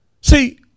See